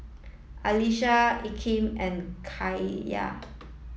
Alisha Akeem and Kaiya